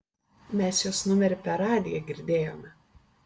mes jos numerį per radiją girdėjome